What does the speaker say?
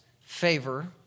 favor